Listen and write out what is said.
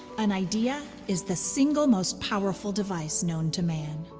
an idea is the single most powerful device known to man.